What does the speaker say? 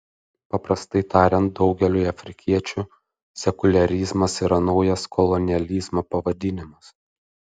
paprastai tariant daugeliui afrikiečių sekuliarizmas yra naujas kolonializmo pavadinimas